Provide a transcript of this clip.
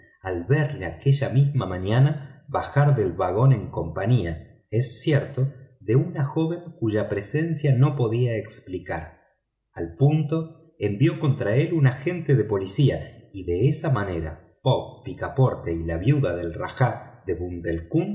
verlo aquella misma mañana bajar del vagón en compañía es cierto de una joven cuya presencia no podía explicar al punto envió contra él un agente de policía y de esa manera fogg picaporte y la viuda del rajá de